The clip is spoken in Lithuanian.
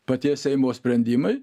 paties seimo sprendimai